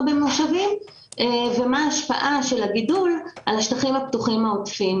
במושבים ומה ההשפעה של הגידול על השטחים הפתוחים העודפים.